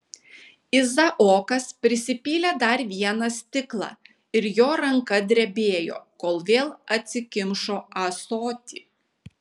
izaokas prisipylė dar vieną stiklą ir jo ranka drebėjo kol vėl atsikimšo ąsotį